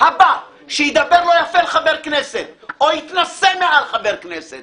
הבא שידבר לא יפה לחבר כנסת או יתנשא מעל חבר כנסת